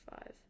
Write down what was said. five